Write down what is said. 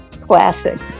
Classic